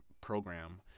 program